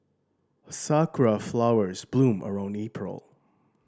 sakura flowers bloom around April